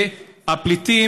והפליטים